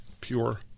pure